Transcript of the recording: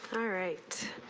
alright